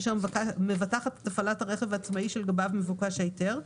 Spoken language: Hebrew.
אשר מבטחת את הפעלת הרכב העצמאי שלגביו מבוקש ההיתר,